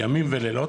ימים ולילות,